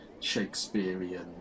shakespearean